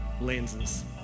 lenses